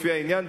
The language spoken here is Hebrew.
לפי העניין,